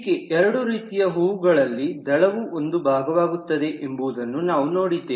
ಹೀಗೆ ಎರಡೂ ರೀತಿಯ ಹೂವುಗಳಲ್ಲಿ ದಳವು ಒಂದು ಭಾಗವಾಗುತ್ತದೆ ಎಂಬುವುದನ್ನು ನಾವು ನೋಡಿದ್ದೇವೆ